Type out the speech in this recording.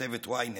כתבת Ynet,